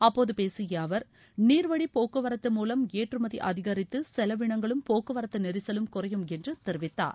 அப்போது பேசிய அவர் நீர்வழி போக்குவரத்து மூலம் ஏற்றுமதி அதிகித்து செலவிளங்களும் போக்குவரத்து நெரிசலும் குறையும் என்று தெரிவித்தார்